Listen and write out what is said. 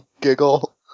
giggle